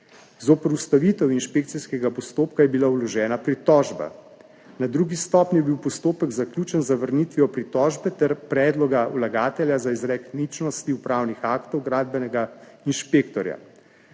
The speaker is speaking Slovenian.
Zoper ustavitev inšpekcijskega postopka je bila vložena pritožba. Na drugi stopnji je bil postopek zaključen z zavrnitvijo pritožbe ter predloga vlagatelja za izrek ničnosti upravnih aktov gradbenega inšpektorja.